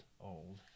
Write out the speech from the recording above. old